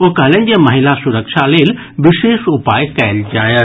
ओ कहलनि जे महिला सुरक्षा लेल विशेष उपाय कयल जायत